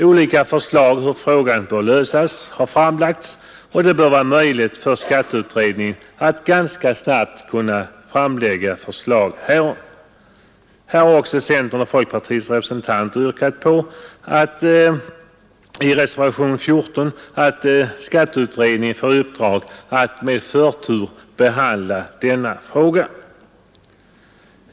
Olika förslag på hur frågan bör lösas har framlagts, och det bör därför vara möjligt för utredningen att ganska snabbt framlägga förslag härom. Centerns och folkpartiets representanter har också i reservationen 14 yrkat att utredningen får i uppdrag att behandla denna fråga med förtur.